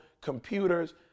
computers